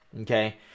okay